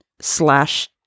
slash